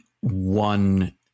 one